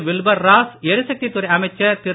Wilbur Ross ளரிசக்தித் துறை அமைச்சர் திரு